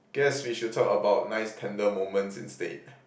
guess we should talk about nice tender moments instead